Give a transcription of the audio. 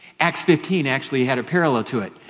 acts fifteen actually had a parallel to it.